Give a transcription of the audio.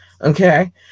Okay